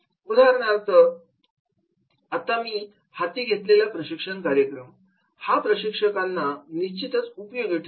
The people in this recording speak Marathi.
उदाहरणार्थ आता मी हाती घेतलेल्या प्रशिक्षण कार्यक्रम हा प्रशिक्षकांना निश्चितच उपयोगी ठरेल